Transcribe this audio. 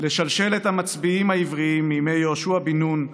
לשלשלת המצביאים העברים מימי יהושע בן-נון,